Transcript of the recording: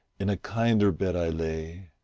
in a kinder bed i lay,